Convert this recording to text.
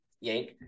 Yank